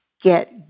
Get